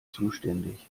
zuständig